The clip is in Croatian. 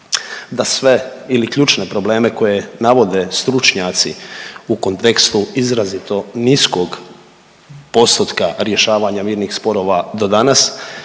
da sve ili ključne probleme koje navode stručnjaci u kontekstu izrazito niskog postotka rješavanja mirnih sporova do danas